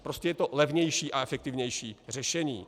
Prostě je to levnější a efektivnější řešení.